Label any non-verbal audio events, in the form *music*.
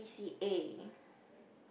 C_C_A *breath*